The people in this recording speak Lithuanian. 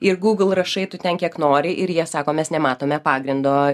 ir google rašai tu ten kiek nori ir jie sako mes nematome pagrindo